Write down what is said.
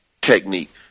technique